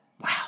Wow